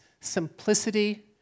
simplicity